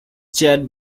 chaired